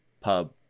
pub